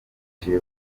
baciye